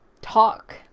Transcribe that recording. talk